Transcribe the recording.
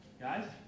Guys